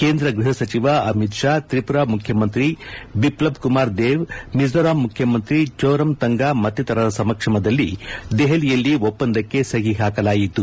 ಕೇಂದ್ರ ಗ್ವಹ ಸಚಿವ ಅಮಿತ್ ಷಾ ತ್ರಿಪುರ ಮುಖ್ಯಮಂತ್ರಿ ಬಿಪ್ಲಬ್ ಕುಮಾರ್ ದೇಬ್ ಮಿಜೋರಂ ಮುಖ್ಯಮಂತ್ರಿ ಜೋರಂತಂಗಾ ಮತ್ತಿತರರ ಸಮಕ್ಷಮದಲ್ಲಿ ದೆಹಲಿಯಲ್ಲಿ ಒಪ್ಸಂದಕ್ಕೆ ಸಹಿ ಹಾಕಲಾಯಿತು